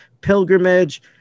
pilgrimage